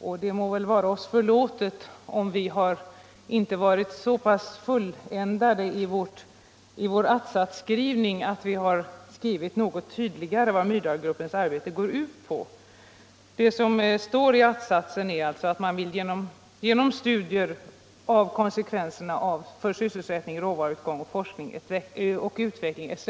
och det må väl vara oss förlåtet om vi inte har varit så pass fulländade i vår att-satsskrivning att vi inte något tydligare har angivit vad Myrdalgruppens arbete går ut på. I att-satsen begärs en uppföljning genom studier av konsekvenserna för sysselsättning, råvaruåtgång, forskning och utveckling etc.